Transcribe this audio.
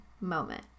moment